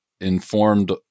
informed